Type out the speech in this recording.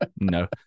no